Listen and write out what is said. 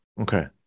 Okay